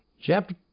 Chapter